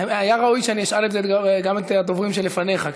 היה ראוי שאני אשאל את זה גם את הדוברים שלפניך,